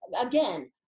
again